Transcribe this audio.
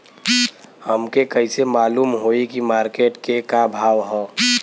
हमके कइसे मालूम होई की मार्केट के का भाव ह?